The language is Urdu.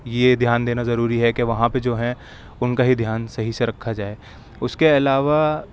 یہ دھیان دینا ضروری ہے کہ وہاں پہ جو ہیں ان کا ہی دھیان صحیح سے رکھا جائے اس کے علاوہ